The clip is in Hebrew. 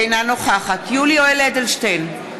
אינה נוכחת יולי יואל אדלשטיין,